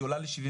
היא עולה ל-75%,